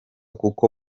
kuko